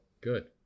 Good